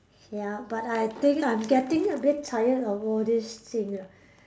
ya but I think I'm getting a bit tired of all this thing ah